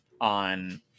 on